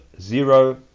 zero